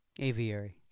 Aviary